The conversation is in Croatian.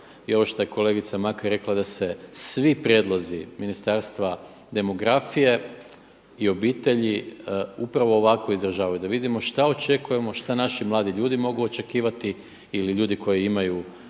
i ovo što je kolegica Makar rekla da se svi prijedlozi ministarstva demografije i obitelji upravo ovako izražavaju, da vidimo šta očekujemo, šta naši mladi ljudi mogu očekivati ili ljudi koji imaju,